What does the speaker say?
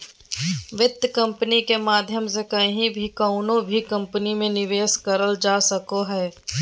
वित्त कम्पनी के माध्यम से कहीं भी कउनो भी कम्पनी मे निवेश करल जा सको हय